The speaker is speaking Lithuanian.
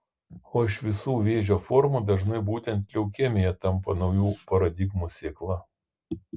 o iš visų vėžio formų dažnai būtent leukemija tampa naujų paradigmų sėkla